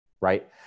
right